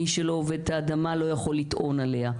מי שלא עובד את האדמה לא יכול לטעון עליה.